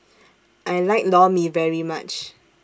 I like Lor Mee very much